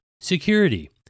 security